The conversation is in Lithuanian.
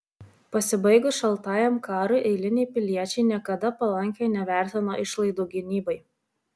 pasibaigus šaltajam karui eiliniai piliečiai niekada palankiai nevertino išlaidų gynybai